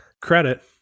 credit